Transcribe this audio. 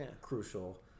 crucial